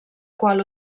qual